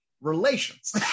relations